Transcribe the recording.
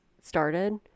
started